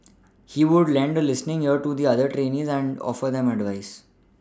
he would lend a listening ear to the other trainees and offer them advice